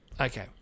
okay